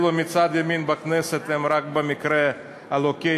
אלו מצד ימין בכנסת הם רק במקרה בלוקיישן,